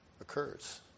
occurs